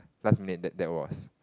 last minute that that was